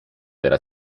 della